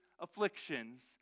afflictions